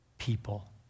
people